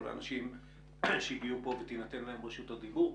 האנשים שהגיעו לפה ותינתן להם רשות הדיבור.